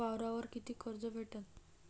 वावरावर कितीक कर्ज भेटन?